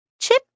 Chip